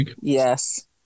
Yes